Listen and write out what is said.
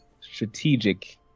strategic